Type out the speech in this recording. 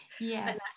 yes